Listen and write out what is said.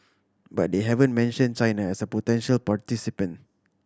but they haven't mention China as a potential participant